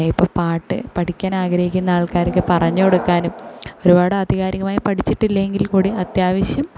ഇപ്പം പാട്ട് പഠിക്കാൻ ആഗ്രഹിക്കുന്ന ആൾക്കാർക്ക് പറഞ്ഞ് കൊടുക്കാനും ഒരുപാട് ആധികാരികമായി പഠിച്ചിട്ടില്ലെങ്കിൽ കൂടി അത്യാവശ്യം